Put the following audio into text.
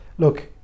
Look